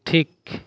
ᱴᱷᱤᱠ